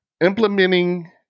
implementing